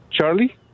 Charlie